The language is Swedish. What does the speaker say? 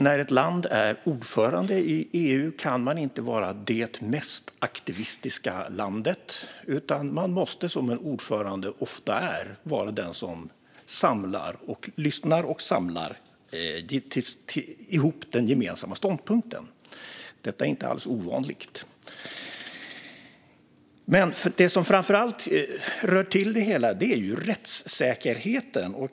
När ett land är ordförande i EU kan detta land inte vara det mest aktivistiska utan måste, som en ordförande ofta gör, lyssna och samla ihop den gemensamma ståndpunkten. Detta är inte alls ovanligt. Det som framför allt rör till det hela är rättssäkerheten.